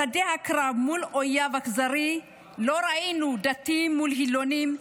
בשדה הקרב מול אויב אכזרי לא ראינו דתיים מול חילונים,